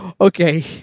Okay